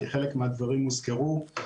כי חלק מהדברים הוזכרו,